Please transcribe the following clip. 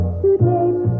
today